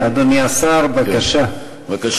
אדוני השר, בבקשה.